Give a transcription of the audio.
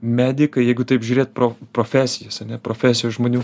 medikai jeigu taip žiūrėt pro profesijas ane profesijas žmonių